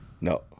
No